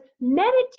meditate